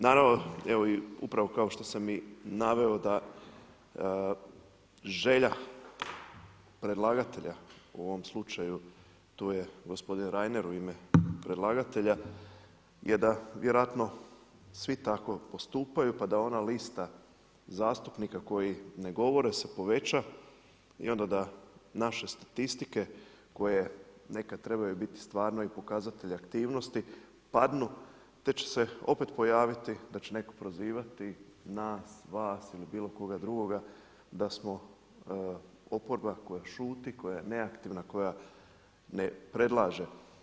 Naravno evo i upravo kao što sam i naveo da želja predlagatelja u ovom slučaju tu je gospodin Reiner u ime predlagatelja je da vjerojatno svi tako postupaju, pa da ona lista zastupnika koji ne govore se poveća i onda da naše statistike koje nekad trebaju biti stvarno i pokazatelj aktivnosti padnu, te će se opet pojaviti da će netko prozivati nas, vas ili bilo koga drugoga da smo oporba koja šuti, koja je neaktivna, koja ne predlaže.